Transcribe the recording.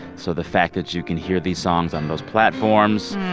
so the fact that you can hear these songs on those platforms,